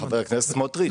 חבר הכנסת סמוטריץ',